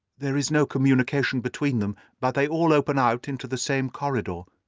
there is no communication between them, but they all open out into the same corridor.